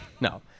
no